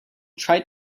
tried